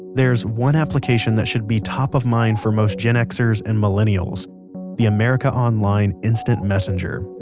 there's one application that should be top of mind for most gen xers and millennials the america online instant messenger,